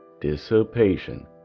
dissipation